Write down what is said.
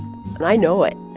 and i know it.